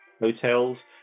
hotels